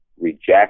reject